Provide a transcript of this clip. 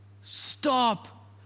Stop